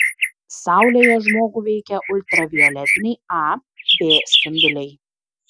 saulėje žmogų veikia ultravioletiniai a b spinduliai